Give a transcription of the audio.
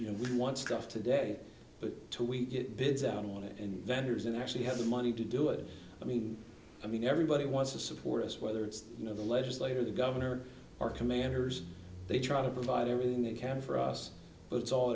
you know we want stuff today but to we get bids out on it and vendors and actually have the money to do it i mean i mean everybody wants to support us whether it's you know the legislator the governor or our commanders they try to provide everything they can for us but it's all